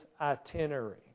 itinerary